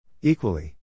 Equally